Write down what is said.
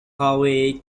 howe